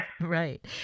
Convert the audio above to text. Right